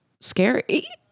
scary